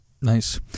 Nice